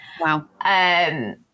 wow